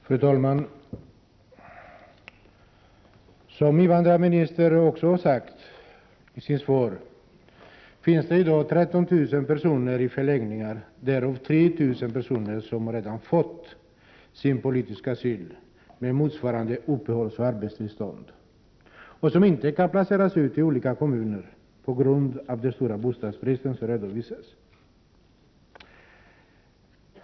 Fru talman! Som invandrarministern har sagt i sitt svar finns det i dag 13 000 personer i flyktingförläggningar. 3 000 av dessa har redan fått politisk asyl genom uppehållsoch arbetstillstånd. De kan emellertid inte placeras ut i olika kommuner på grund av den stora bostadsbrist som redovisas.